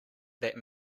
that